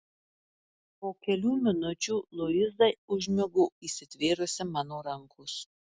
po kelių minučių luiza užmigo įsitvėrusi mano rankos